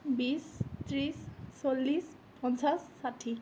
বিছ ত্ৰিছ চল্লিশ পঞ্চাশ ষাঠি